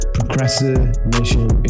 Procrastination